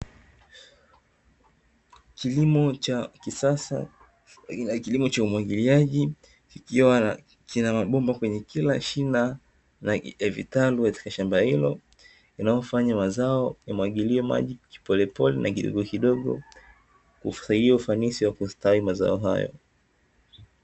Kilimo cha kisasa na kilimo cha umwagiliaji ikiwa kina mabomba kwenye kila shina na vitalu vya shamba hilo inayofanya mazao yamwagilie maji kipolepole na kildogokidogo, husaidia ufanisi wa kustawi mazao hayo.